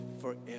forever